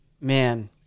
man